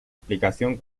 explicación